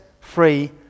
free